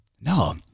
No